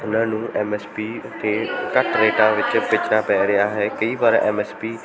ਉਹਨਾਂ ਨੂੰ M S P 'ਤੇ ਘੱਟ ਰੇਟਾਂ ਵਿੱਚ ਵੇਚਣਾ ਪੈ ਰਿਹਾ ਹੈ ਕਈ ਵਾਰ ਐਮ ਐਸ ਪੀ